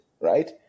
right